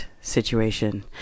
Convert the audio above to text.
situation